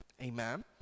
Amen